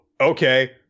okay